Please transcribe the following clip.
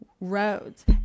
roads